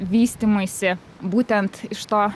vystymuisi būtent iš to